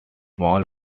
small